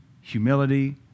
humility